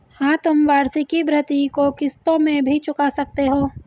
हाँ, तुम वार्षिकी भृति को किश्तों में भी चुका सकते हो